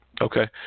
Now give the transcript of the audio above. Okay